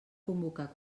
convocar